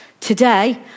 Today